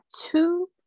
two